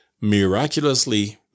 Miraculously